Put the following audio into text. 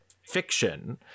Fiction